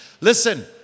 Listen